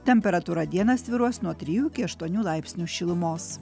temperatūra dieną svyruos nuo trijų iki aštuonių laipsnių šilumos